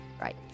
Right